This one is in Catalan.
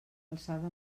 alçada